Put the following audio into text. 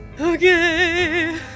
Okay